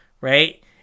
Right